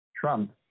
Trump